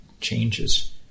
changes